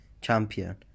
champion